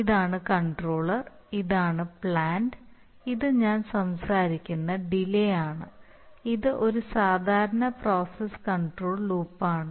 ഇതാണ് കൺട്രോളർ ഇതാണ് പ്ലാന്റ് ഇത് ഞാൻ സംസാരിക്കുന്ന ഡിലേ ആണ് ഇത് ഒരു സാധാരണ പ്രോസസ്സ് കൺട്രോൾ ലൂപ്പാണ്